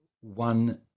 one